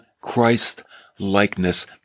Christ-likeness